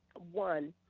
one,